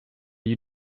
you